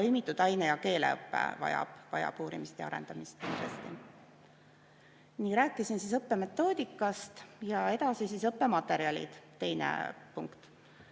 Lõimitud aine- ja keeleõpe vajab uurimist ja arendamist. Nii, rääkisin õppemetoodikast. Edasi õppematerjalid, teine punkt.